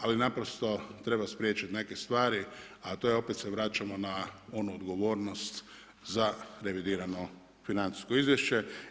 Ali naprosto treba spriječiti neke stvari, a to je opet se vraćamo na onu odgovornost za revidirano financijsko izvješće.